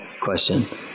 question